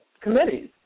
committees